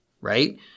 right